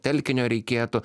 telkinio reikėtų